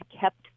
kept